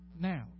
Now